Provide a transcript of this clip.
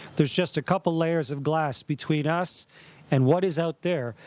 there's just a couple of layers of glass between us and what is out there,